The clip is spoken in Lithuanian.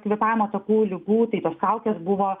kvėpavimo takų ligų tai tos kaukes buvo